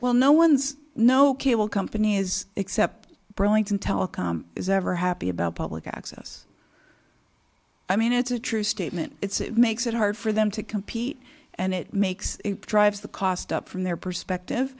well no ones no cable company is except burlington telecom is ever happy about public access i mean it's a true statement it's it makes it hard for them to compete and it makes it drives the cost up from their perspective